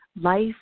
life